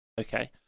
Okay